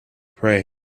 pray